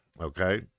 okay